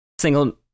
single